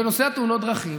בנושא תאונות הדרכים,